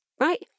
Right